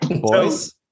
Boys